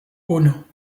uno